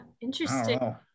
interesting